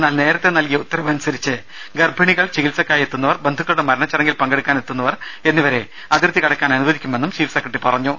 എന്നാൽ നേരത്തെ നൽകിയ ഉത്തരവ് അനുസരിച്ച് ഗർഭിണികൾ ചികിത്സക്കായെത്തുന്നവർ ബന്ധുക്കളുടെ മരണ ചടങ്ങിൽ പങ്കെടുക്കാനെത്തുന്നവർ എന്നിവരെ അതിർത്തി കടക്കാൻ അനുവദിക്കുമെന്നും ചീഫ് സെക്രട്ടറി പറഞ്ഞു